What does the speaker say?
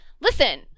Listen